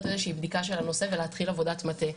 איזושהי בדיקה של הנושא ולהתחיל עבודת מטה.